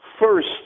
first